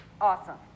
awesome